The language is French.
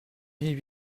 mille